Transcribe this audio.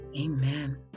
amen